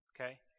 Okay